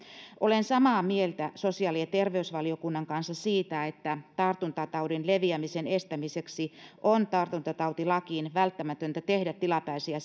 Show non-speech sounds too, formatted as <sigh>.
olen samaa mieltä sosiaali ja terveysvaliokunnan kanssa siitä että tartuntataudin leviämisen estämiseksi on tartuntatautilakiin välttämätöntä tehdä tilapäisiä <unintelligible>